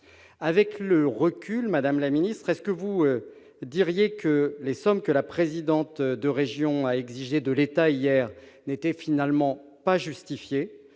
Avec le recul, madame la ministre, diriez-vous que les sommes que la présidente de région a exigées de l'État n'étaient finalement pas justifiées,